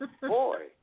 boy